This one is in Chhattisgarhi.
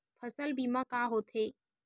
फसल बीमा का होथे?